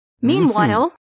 Meanwhile